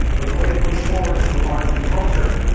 but the way to push forward is through arts and culture.